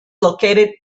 located